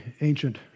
ancient